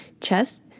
chest